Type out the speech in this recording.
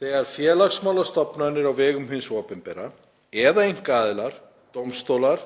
þegar félagsmálastofnanir á vegum hins opinbera eða einkaaðila, dómstólar,